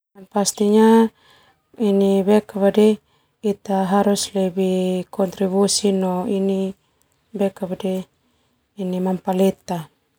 Pastinya ita harus be kontribusi no manapaleta.